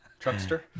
truckster